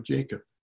Jacob